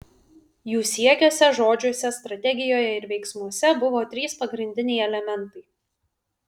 jų siekiuose žodžiuose strategijoje ir veiksmuose buvo trys pagrindiniai elementai